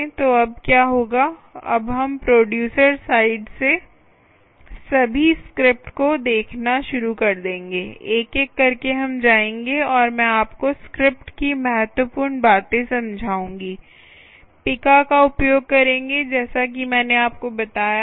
तो अब क्या होगा अब हम प्रोडयूसर साइड से सभी स्क्रिप्टस को देखना शुरू कर देंगे एक एक करके हम जाएंगे और मैं आपको स्क्रिप्ट की महत्वपूर्ण बातें समझाऊंगी पिका का उपयोग करेंगे जैसा कि मैंने आपको बताया है